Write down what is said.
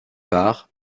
parts